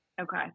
Okay